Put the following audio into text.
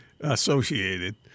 associated